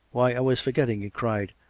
why, i was forgetting, he cried.